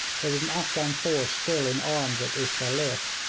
there was an afghan force still in arms at istalif,